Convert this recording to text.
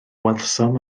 welsom